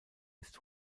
ist